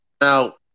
Now